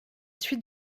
suite